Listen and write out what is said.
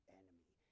enemy